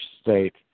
state